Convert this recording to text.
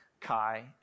Kai